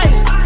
Ice